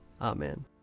Amen